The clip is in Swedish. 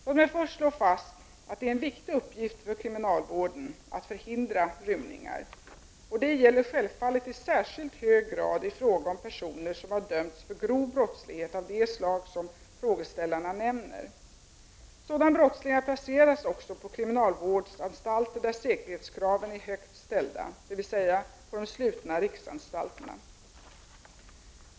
Låt mig först slå fast att det är en viktig uppgift för kriminalvården att förhindra rymningar. Detta gäller självfallet i särskilt hög grad i fråga om perso ner som har dömts för grov brottslighet av det slag som frågeställarna nämner. Sådana brottslingar placeras också på kriminalvårdsanstalter där säkerhetskraven är högt ställda, dvs. på de slutna riksanstalterna.